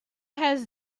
has